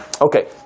Okay